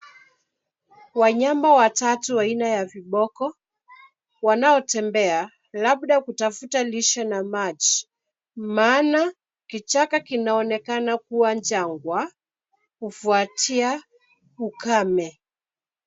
Wanyama watatu aina ya viboko wanaotembea labda kutafuta lishe na maji maana kichaka kinaonekana kuwa jangwa kufuatia ukame.